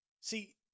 See